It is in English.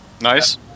Nice